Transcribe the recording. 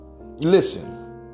listen